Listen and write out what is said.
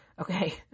Okay